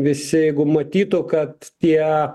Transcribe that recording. visi jeigu matytų kad tie